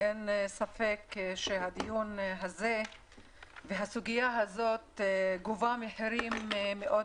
אין ספק שהדיון הזה והסוגיה הזאת גובה מחירים מאוד